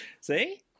See